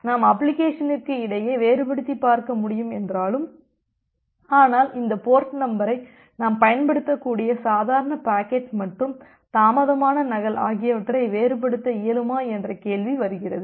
நாம் அப்ளிகேஷனிற்கு இடையே வேறுபடுத்திப் பார்க்க முடியும் என்றாலும் ஆனால் இந்த போர்ட் நம்பரை நாம் பயன்படுத்தக்கூடிய சாதாரண பாக்கெட் மற்றும் தாமதமான நகல் ஆகியவற்றை வேறுபடுத்த இயலுமா என்ற கேள்வி வருகிறது